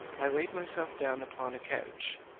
i laid myself down upon a couch,